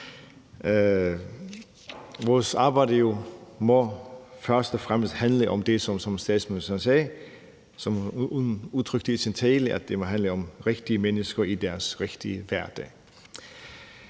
Vores arbejde må først og fremmest handle om det, som statsministeren sagde. Hun udtrykte i sin tale, at det må handle om rigtige mennesker i deres rigtige hverdag.